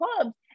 clubs